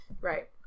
Right